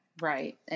Right